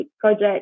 project